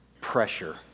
pressure